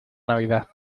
navidad